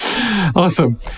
Awesome